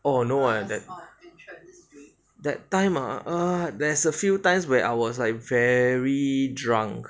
oh no eh that that time uh uh there is a few times where I was like very drunk